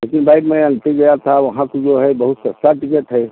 लेकिन भाई मैं उनके गया था वहाँ पर जो है बहुत सस्ती टिकेट है